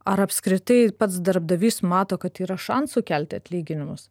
ar apskritai pats darbdavys mato kad yra šansų kelti atlyginimus